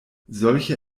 solche